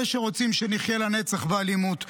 אלה שרוצים שנחיה לנצח באלימות.